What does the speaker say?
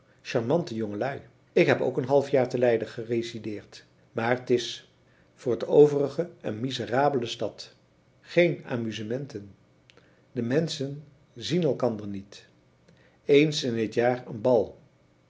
charmante jongelui ik heb ook een halfjaar te leiden geresideerd maar t is voor t overige een miserabele stad geen amusementen de menschen zien elkander niet eens in t jaar een bal